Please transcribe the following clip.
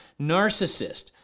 narcissist